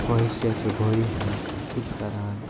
posture چھُ body ہُنٛد سیٚود کَران